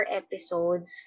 episodes